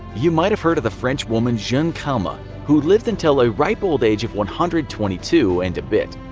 you might have heard of the french woman, jeanne calment, who lived until a ripe old age of one hundred and twenty two and a bit.